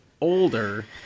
older